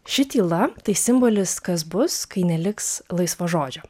ši tyla tai simbolis kas bus kai neliks laisvo žodžio